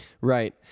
Right